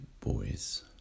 boys